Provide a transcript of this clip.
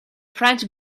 french